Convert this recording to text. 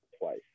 twice